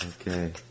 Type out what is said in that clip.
Okay